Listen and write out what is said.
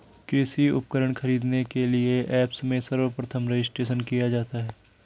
कृषि उपकरण खरीदने के लिए ऐप्स में सर्वप्रथम रजिस्ट्रेशन किया जाता है